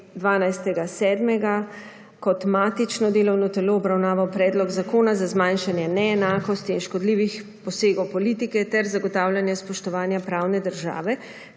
12. 7. kot matično delovno telo obravnaval Predlog Zakona za zmanjšanje neenakosti in škodljivih posegov politike ter zagotavljanje spoštovanja pravne države,